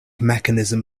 mechanism